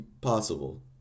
possible